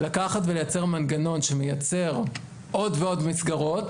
לייצר מנגנון שמייצר עוד ועוד מסגרות